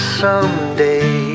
someday